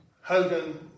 Husband